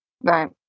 Right